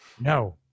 no